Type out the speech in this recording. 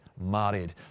married